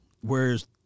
whereas